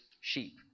sheep